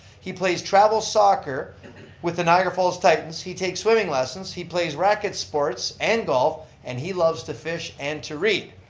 he plays travel soccer with the niagara falls titans. he takes swimming lessons. he plays racquet sports and golf and he loves to fish and to read.